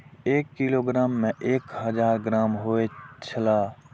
एक किलोग्राम में एक हजार ग्राम होयत छला